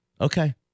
Okay